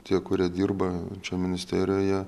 tie kurie dirba čia ministerijoje